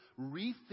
rethink